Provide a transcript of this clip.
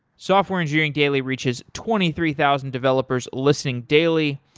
software engineering daily reaches twenty three thousand developers listening daily.